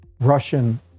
Russian